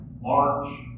march